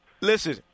Listen